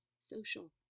social